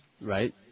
Right